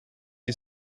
you